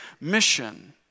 mission